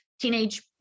teenage